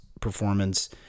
performance